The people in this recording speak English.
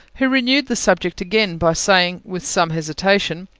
who renewed the subject again by saying, with some hesitation,